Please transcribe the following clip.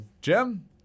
jim